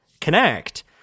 connect